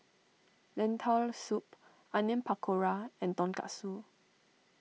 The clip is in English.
Lentil Soup Onion Pakora and Tonkatsu